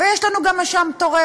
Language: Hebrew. ויש לנו גם אשם תורם,